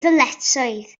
ddyletswydd